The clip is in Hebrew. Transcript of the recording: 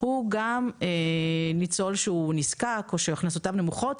הוא גם ניצול נזקק או שהכנסותיו נמוכות.